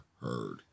heard